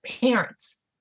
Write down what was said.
parents